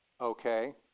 Okay